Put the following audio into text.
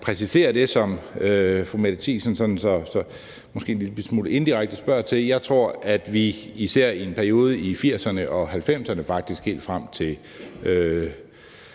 præcisere det, som fru Mette Thiesen sådan en lillebitte smule indirekte spørger til. Jeg tror, at vi – især i en periode i 1980'erne og 1990'erne, faktisk helt frem til